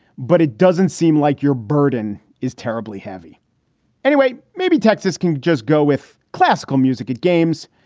but it doesn't seem like your burden is terribly heavy anyway. maybe texas can just go with classical music at games.